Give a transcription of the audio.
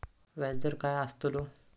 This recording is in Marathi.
व्याज दर काय आस्तलो?